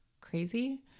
crazy